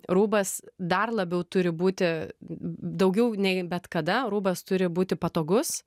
rūbas dar labiau turi būti daugiau nei bet kada rūbas turi būti patogus